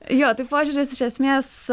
jo tai požiūris iš esmės